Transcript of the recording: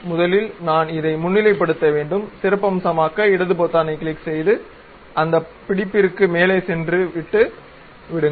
முதலில் நான் இதை முன்னிலைப்படுத்த வேண்டும் சிறப்பம்சமாக்க இடது பொத்தானைக் கிளிக் செய்து அந்தப் பிடிப்பிற்கு மேலே சென்று விட்டு விடுங்கள்